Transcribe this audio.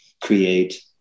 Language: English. create